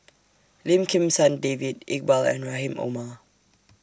Lim Kim San David Iqbal and Rahim Omar